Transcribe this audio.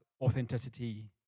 authenticity